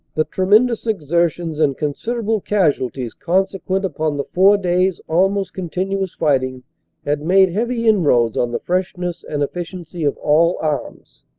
the tremendous exertions and considerable casualties con sequent upon the four days' almost continuous fighting had made heavy inroads on the freshness and efficiency of all arms,